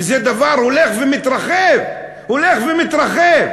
וזה דבר שהולך ומתרחב, הולך ומתרחב.